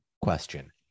question